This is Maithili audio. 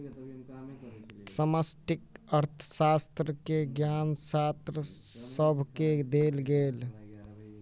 समष्टि अर्थशास्त्र के ज्ञान छात्र सभके देल गेल